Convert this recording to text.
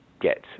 get